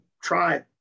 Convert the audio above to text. try